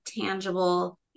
tangible